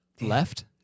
Left